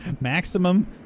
Maximum